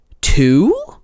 two